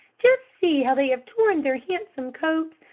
just see how they have torn their handsome coats,